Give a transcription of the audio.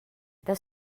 das